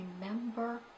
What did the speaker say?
remember